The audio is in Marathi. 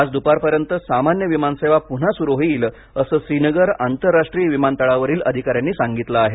आजच्या दुपारपर्यंत सामान्य विमानसेवा पुन्हा सुरू होईल असं श्रीनगर आंतरराष्ट्रीय विमानतळावरील अधिका यांनी सांगितले आहे